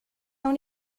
dans